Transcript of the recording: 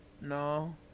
No